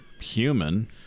human